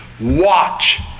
Watch